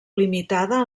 limitada